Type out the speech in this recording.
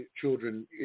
children